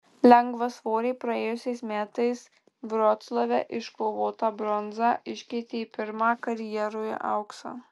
lengvasvorė praėjusiais metais vroclave iškovotą bronzą iškeitė į pirmą karjeroje auksą